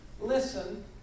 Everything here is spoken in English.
listen